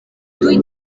tuj